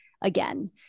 again